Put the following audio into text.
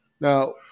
Now